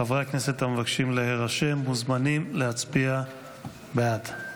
חברי הכנסת המבקשים להירשם מוזמנים להצביע בעד.